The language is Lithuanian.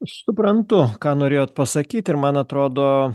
suprantu ką norėjote pasakyt ir man atrodo